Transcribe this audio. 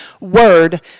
word